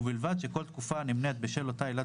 ובלבד שכל תקופה הנמנית בשל אותה עילת